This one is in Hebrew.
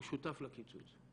הוא שותף לקיצוץ.